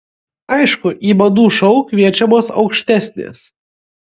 aišku į madų šou kviečiamos aukštesnės